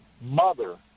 mother